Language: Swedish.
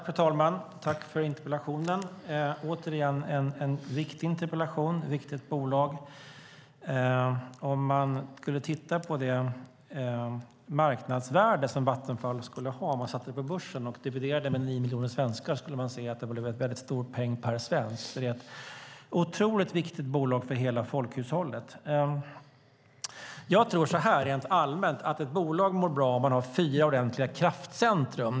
Fru talman! Tack för interpellationen, Kent Persson! Det är en viktig interpellation och ett viktigt bolag. Om man satte Vattenfall på börsen och sedan dividerade marknadsvärdet med nio miljoner svenskar skulle man se att det blev en mycket stor peng per svensk, för det är ett otroligt viktigt bolag för hela folkhushållet. Jag tror rent allmänt att ett bolag mår bra om det har fyra ordentliga kraftcentrum.